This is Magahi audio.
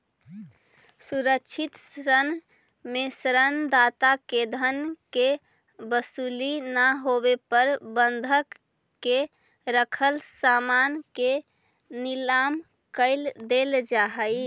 सुरक्षित ऋण में ऋण दाता के धन के वसूली ना होवे पर बंधक के रखल सामान के नीलाम कर देल जा हइ